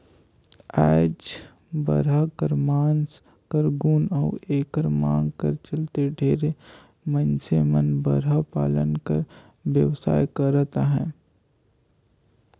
आएज बरहा कर मांस कर गुन अउ एकर मांग कर चलते ढेरे मइनसे मन बरहा पालन कर बेवसाय करत अहें